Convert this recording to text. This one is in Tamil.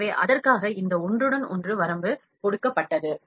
எனவே அதற்காக இந்த ஒன்றுடன் ஒன்று வரம்பு கொடுக்கப்பட்டது